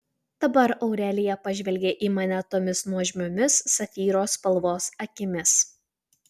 dabar aurelija pažvelgė į mane tomis nuožmiomis safyro spalvos akimis